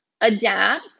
adapt